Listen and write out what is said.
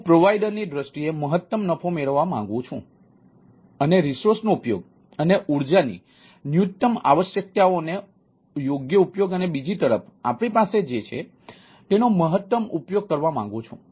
તેથી હું પ્રોવાઇડરની દૃષ્ટિએ મહત્તમ નફો મેળવવા માંગુ છું અને રિસોર્સનો ઉપયોગ અને ઊર્જાની ન્યૂનતમ આવશ્યકતાનો યોગ્ય ઉપયોગ અને બીજી તરફ આપણી પાસે જે છે તેનો મહત્તમ ઉપયોગ કરવા માંગુ છું